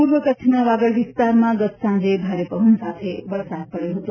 પૂર્વ કચ્છના વાગડ વિસ્તારમાં ગત સાંજે ભારે પવન સાથે વરસાદ પડયો હતો